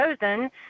chosen